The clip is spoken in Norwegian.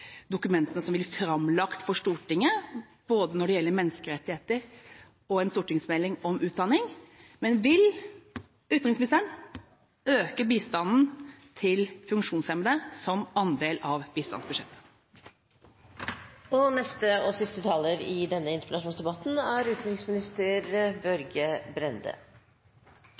dokumenter som blir framlagt for Stortinget, både når det gjelder menneskerettigheter, og en stortingsmelding om utdanning. Men vil utenriksministeren øke bistanden til funksjonshemmede som andel av bistandsbudsjettet? Jeg vil igjen takke interpellanten for å ha reist et viktig tema, nemlig funksjonshemmedes rettigheter i